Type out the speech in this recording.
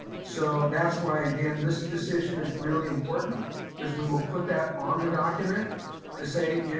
so that's why, again, this decision is really important because we will put that on the document to say,